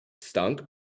stunk